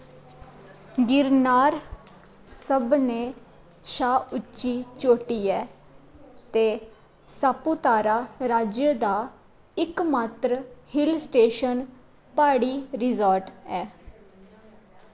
गिरनार सभनें शा उच्ची चोटी ऐ ते सापुतारा राज्य दा इकमात्र हिल स्टेशन प्हाड़ी रिसार्ट ऐ